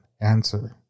answer